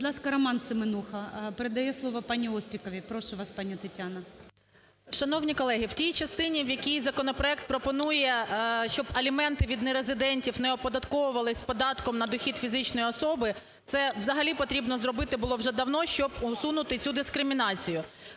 Будь ласка, Роман Семенуха передає слово пані Остріковій. Прошу вас, пані Тетяна. 17:45:31 ОСТРІКОВА Т.Г. Шановні колеги, в тій частині, в якій законопроект пропонує, щоб аліменти від нерезидентів не оподатковувалися податком на дохід фізичної особи, це взагалі потрібно зробити було вже давно, щоб усунути цю дискримінацію.